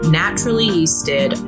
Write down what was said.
naturally-yeasted